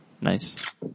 Nice